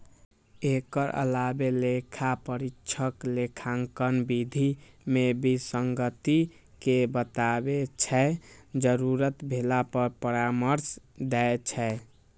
एकर अलावे लेखा परीक्षक लेखांकन विधि मे विसंगति कें बताबै छै, जरूरत भेला पर परामर्श दै छै